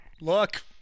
look